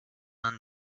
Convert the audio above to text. and